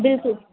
बिल्कुलु